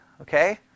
Okay